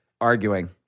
arguing